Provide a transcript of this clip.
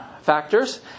factors